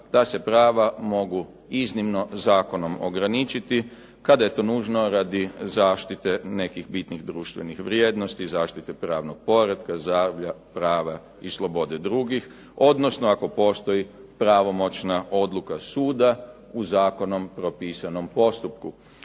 ta se prava mogu iznimno zakonom ograničiti kada je to nužno radi zaštite nekih bitnih društvenih vrijednosti, zaštite pravnog poretka, zdravlja, prava i slobode drugih, odnosno ako postoji pravomoćna odluka suda u zakonom propisanom postupku.